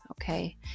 Okay